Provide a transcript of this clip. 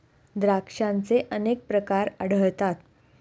द्राक्षांचे अनेक प्रकार आढळतात